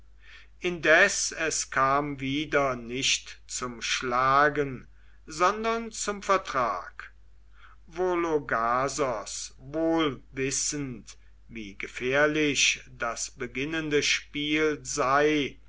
indes es kam wieder nicht zum schlagen sondern zum vertrag vologasos wohl wissend wie gefährlich das beginnende spiel sei